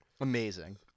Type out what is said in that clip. Amazing